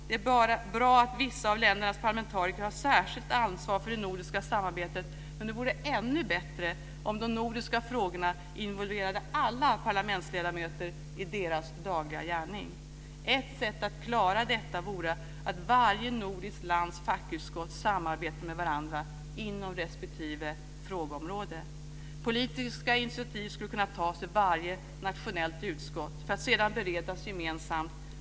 Det är bra att vissa av ländernas parlamentariker har särskilt ansvar för det nordiska samarbetet, men det vore ännu bättre om de nordiska frågorna involverade alla parlamentsledamöter i deras dagliga gärning. Ett sätt att klara detta vore att varje nordiskt lands fackutskott samarbetar med varandra inom respektive frågeområde. Politiska initiativ skulle kunna tas i varje nationellt utskott för att sedan beredas gemensamt.